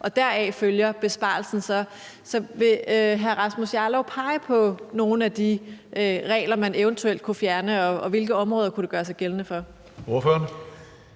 og så følger besparelsen så deraf. Så vil hr. Rasmus Jarlov pege på nogle af de regler, man eventuelt kunne fjerne, og hvilke områder det kunne gøre sig gældende for?